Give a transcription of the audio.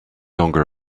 longer